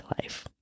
life